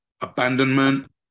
abandonment